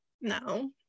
no